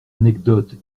anecdotes